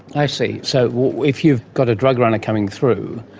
i see. so if you've got a drug runner coming through,